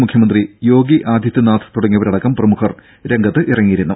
മുഖ്യമന്ത്രി യോഗി ആദിത്യനാഥ് തുടങ്ങിയവരടക്കം പ്രമുഖർ രംഗത്തിറങ്ങിയിരുന്നു